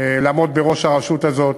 לעמוד בראש הרשות הזאת,